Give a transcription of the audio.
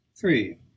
three